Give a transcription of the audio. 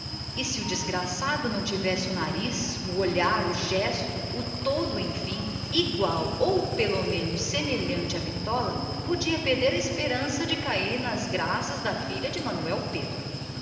requestasse se o pretendente não tivesse o nariz o olhar o gesto o conjunto enfim de que constava o padrão podia desde logo perder a esperança de cair nas graças da filha de manuel pedro